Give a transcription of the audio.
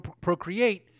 procreate